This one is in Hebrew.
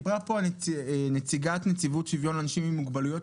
דיברה כאן נציגת נציבות שוויון זכויות לאנשים עם מוגבלות,